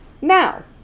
Now